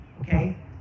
Okay